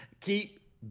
keep